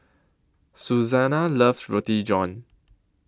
Susanna loves Roti John